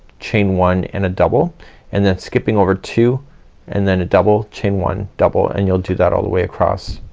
chain one and a double and then skipping over two and then a double, chain one, double and you'll do that all the way across.